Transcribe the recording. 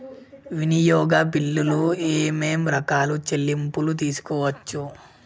వినియోగ బిల్లులు ఏమేం రకాల చెల్లింపులు తీసుకోవచ్చు?